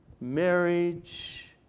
Marriage